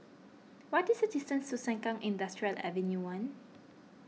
what is the distance to Sengkang Industrial Avenue one